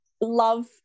love